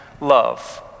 love